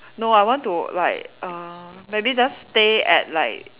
no I want to like err maybe just stay at like